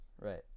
Right